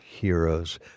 heroes